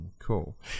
cool